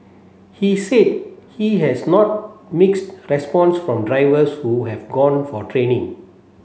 he said he has not mixed response from drivers who have gone for training